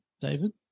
David